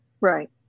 Right